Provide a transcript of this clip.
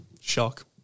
Shock